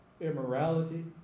immorality